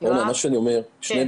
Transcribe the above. העלה שני דברים: